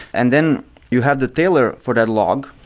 and then you have the dialer for that log,